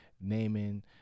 naming